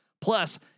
Plus